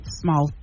small